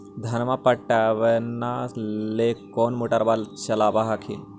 धनमा पटबनमा ले कौन मोटरबा चलाबा हखिन?